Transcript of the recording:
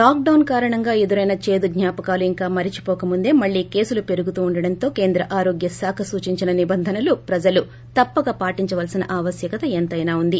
lock డౌస్ కారణంగా ఎదురైన చేదుజ్ఞాపకాలు ఇంకా మరచిపోకముందే మళ్ళీ కేసులు పెరుగుతుండడంతో కేంద్ర ఆరోగ్య శాఖ సూచించిన నిబంధనలు ప్రజలు తప్పక పాటించాల్సిన ఆవశ్వకత ఎంతైనా ఉంది